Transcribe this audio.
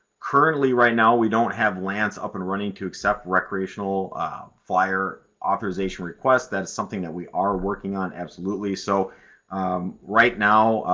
currently right now, we don't have laanc up and running to accept recreational flyer authorization requests. that's something that we are working on absolutely, so right now,